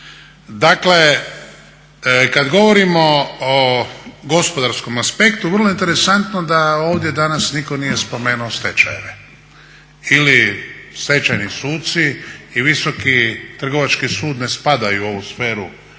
Dakle kad govorimo o gospodarskom aspektu vrlo je interesantno da ovdje danas nitko nije spomenuo stečajeve ili stečajni suci i Visoki trgovački sud ne spadaju u ovu sferu